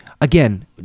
again